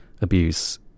abuse